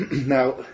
now